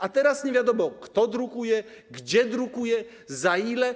A teraz nie wiadomo, kto drukuje, gdzie drukuje, za ile.